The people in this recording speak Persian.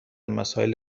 مسائل